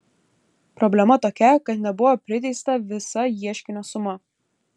problema tokia kad nebuvo priteista visa ieškinio suma